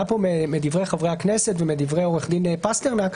פה מדברי חברי הכנסת ומדברי עו"ד פסטרנק,